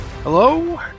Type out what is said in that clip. Hello